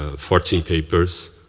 ah fourteen papers,